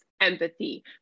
empathy